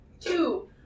Two